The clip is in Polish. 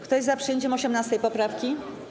Kto jest za przyjęciem 18. poprawki?